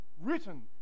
written